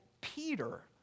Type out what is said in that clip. Peter